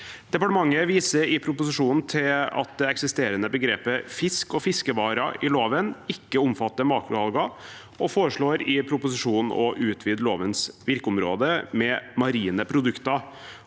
Departementet viser i proposisjonen til at det eksisterende begrepet fisk og fiskevarer i loven ikke omfatter makroalger, og foreslår i proposisjonen å utvide lovens virkeområde med marine produkter.